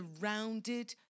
surrounded